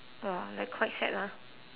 !wah! like quite sad ah